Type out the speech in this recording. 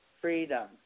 Freedom